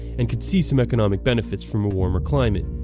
and could see some economic benefits from a warmer climate.